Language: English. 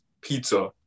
pizza